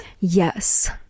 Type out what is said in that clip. Yes